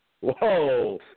Whoa